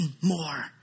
more